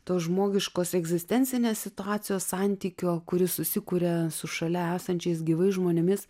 tos žmogiškos egzistencinės situacijos santykio kuris susikuria su šalia esančiais gyvais žmonėmis